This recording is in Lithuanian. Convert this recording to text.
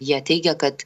jie teigia kad